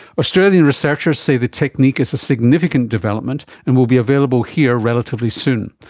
australian researchers say the technique is a significant development and will be available here relatively soon,